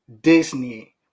Disney